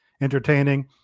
entertaining